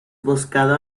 buscado